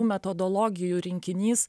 metodologijų rinkinys